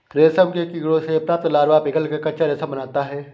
रेशम के कीड़ों से प्राप्त लार्वा पिघलकर कच्चा रेशम बनाता है